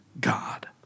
God